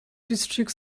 district